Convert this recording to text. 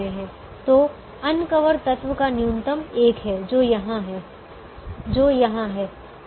तो अनकवर तत्व का न्यूनतम एक है जो यहां है जो यहां है